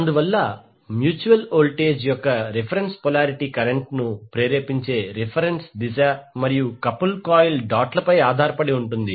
అందువల్ల mutual voltage యొక్క reference polarity కరెంట్ను ప్రేరేపించే రిఫెరెన్స్ దిశ మరియు కపుల్ కాయిల్ డాట్ లపై ఆధారపడి ఉంటుంది